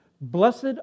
Blessed